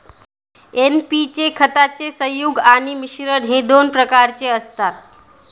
NP चे खताचे संयुग आणि मिश्रण हे दोन प्रकारचे असतात